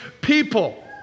people